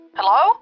Hello